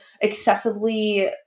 excessively